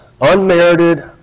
Unmerited